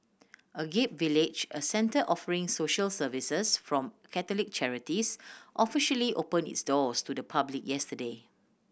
Agape Village a centre offering social services from Catholic charities officially opened its doors to the public yesterday